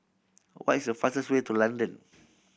what is the fastest way to London